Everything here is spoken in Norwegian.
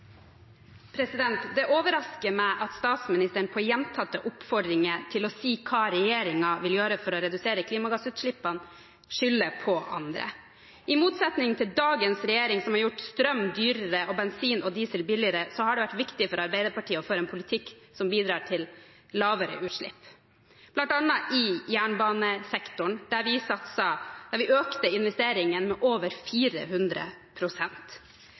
Det overrasker meg at statsministeren på gjentatte oppfordringer til å si hva regjeringen vil gjøre for å redusere klimagassutslippene, skylder på andre. I motsetning til dagens regjering, som har gjort strøm dyrere og bensin og diesel billigere, har det vært viktig for Arbeiderpartiet å føre en politikk som bidrar til lavere utslipp, bl.a. i jernbanesektoren der vi økte investeringen med over